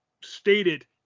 stated